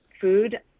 food